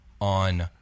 on